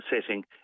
setting